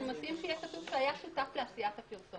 אנחנו מציעים שיהיה כתוב: שהיה שותף לעשיית הפרסומת.